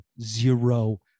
zero